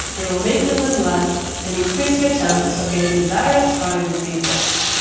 they'll make you live less and increase your chances of getting various chronic diseases.